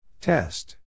Test